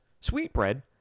sweetbread